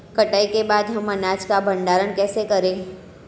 कटाई के बाद हम अनाज का भंडारण कैसे करें?